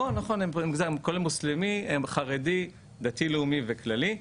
כן, הם כוללים מוסלמי, חרדי, דתי לאומי וכללי.